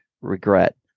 regret